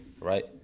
Right